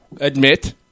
admit